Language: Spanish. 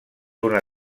una